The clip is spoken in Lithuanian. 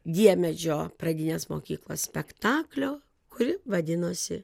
diemedžio pradinės mokyklos spektaklio kuri vadinosi